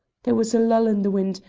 there was a lull in the wind,